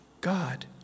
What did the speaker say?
God